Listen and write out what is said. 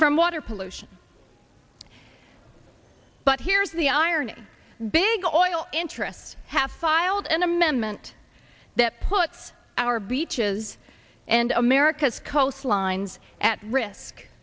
from water pollution but here's the irony big oil interests have filed an amendment that puts our beaches and america's coastlines at risk